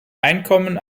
einkommen